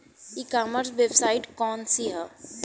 ई commerce website कौन सी है?